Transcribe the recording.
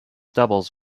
doubles